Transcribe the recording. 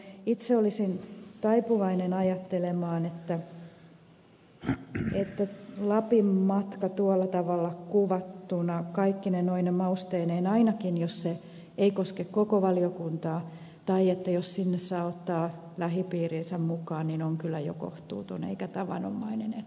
itse olisin taipuvainen ajattelemaan että lapin matka tuolla tavalla kuvattuna kaikkine mausteineen ainakin jos se ei koske koko valiokuntaa tai sinne saa ottaa lähipiirinsä mukaan on kyllä jo kohtuuton eikä tavanomainen etu